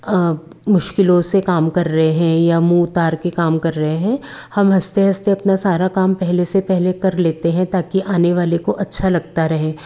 मुश्किलों से काम कर रहे हैं या मुँह उतार के काम कर रहे हैं हम हंसते हंसते अपना सारा काम पहले से पहले कर लेते हैं ताकि आने वाले को अच्छा लगता रहे